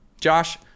Josh